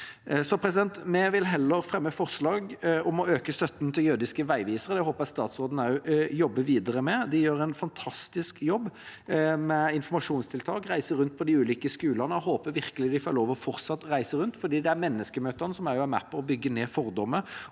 ulike vilkår. Vi vil heller fremme et forslag om å øke støtten til Jødiske veivisere, og det håper jeg statsråden jobber videre med. De gjør en fantastisk jobb med informasjonstiltak og reiser rundt på de ulike skolene. Jeg håper virkelig de får lov til å fortsette å reise rundt, for det er menneskemøtene som er med på å bygge ned fordommer